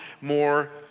more